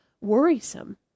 worrisome